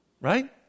right